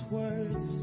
words